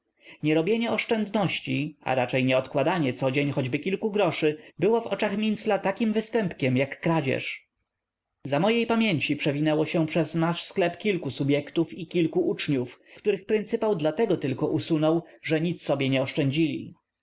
nie robienie oszczędności a raczej nie odkładanie codzień choćby kilku groszy było w oczach mincla takim występkiem jak kradzież za mojej pamięci przewinęło się przez nasz sklep paru subjektów i kilku uczniów których pryncypał dlatego tylko usunął że nic sobie nie oszczędzili